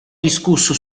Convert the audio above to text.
discusso